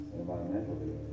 environmentally